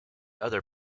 other